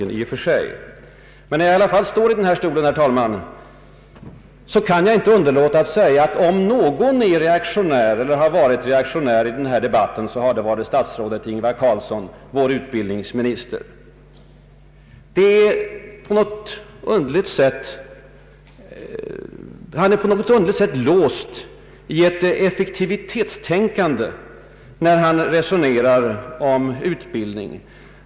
När jag ändå står i talarstolen, herr talman, kan jag inte underlåta att uttrycka den meningen att om någon varit ”reaktionär” i debatten har det varit statsrådet Ingvar Carlsson, vår utbildningsminister. Han är på något underligt sätt låst i ett effektivitetstänkande när han resonerar om utbildning.